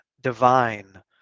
divine